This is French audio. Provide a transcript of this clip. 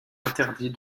interdit